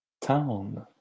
town